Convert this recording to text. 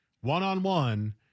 one-on-one